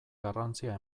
garrantzia